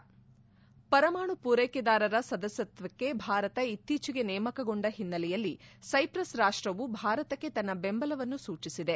head ಪರಮಾಣು ಪೂರೈಕೆದಾರರ ಸದಸ್ಕತ್ವಕ್ಕೆ ಭಾರತ ಇತ್ತೀಚೆಗೆ ನೇಮಕಗೊಂಡ ಹಿನ್ನೆಲೆಯಲ್ಲಿ ಸೈಪ್ರಸ್ ರಾಷ್ಷವು ಭಾರತಕ್ಕೆ ತನ್ನ ಬೆಂಬಲವನ್ನು ಸೂಚಿಸಿದೆ